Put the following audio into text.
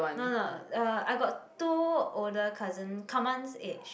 no no uh I got two older cousin Ka-Man's age